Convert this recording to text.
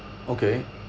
okay